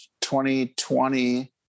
2020